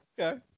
Okay